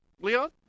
Leon